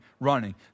running